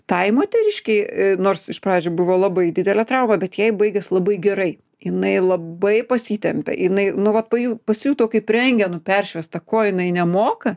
tai moteriškei nors iš pradžių buvo labai didelė trauma bet jai baigės labai gerai jinai labai pasitempė jinai nu vat paju pasijuto kaip rentgenu peršviesta ko jinai nemoka